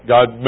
God